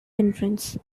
entrance